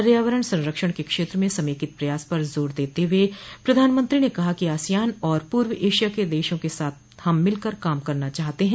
पर्यावरण संरक्षण के क्षेत्र में समेकित प्रयास पर जोर देते हुए प्रधानमंत्री ने कहा कि आसियान और पूर्व एशिया के देशों के साथ हम मिलकर काम करना चाहते हैं